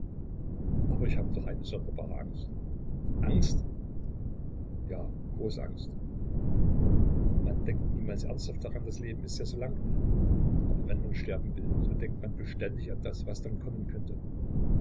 aber ich habe doch eine sonderbare angst angst ja große angst man denkt niemals ernsthaft daran das leben ist ja so lang aber wenn man sterben will so denkt man beständig an das was dann kommen könnte